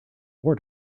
war